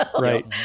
right